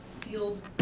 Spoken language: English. feels